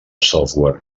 software